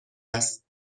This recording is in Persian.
هست